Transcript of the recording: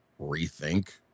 rethink